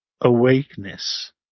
awakeness